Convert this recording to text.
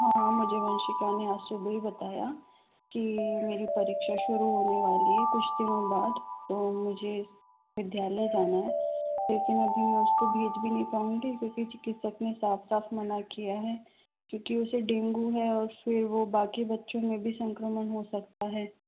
हाँ मुझे वंशिका ने आज सुबह ही बताया कि मेरी परीक्षा शुरू होने वाली है कुछ दिनों बाद तो मुझे विद्यालय जाना है लेकिन अभी मैं उसको भेज भी नहीं पाऊंगी क्योंकि चिकित्सक ने साफ साफ मना किया है क्योंकि उसे डेंगु है और फिर वो बाकी बच्चों में भी संक्रमण हो सकता है